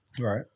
Right